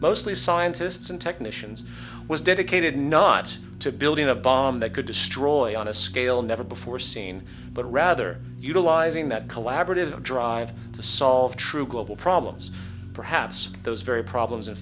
mostly scientists and technicians was dedicated not to building a bomb that could destroy on a scale never before seen but rather utilizing that collaborative drive to solve true global problems perhaps those very problems in